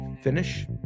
finish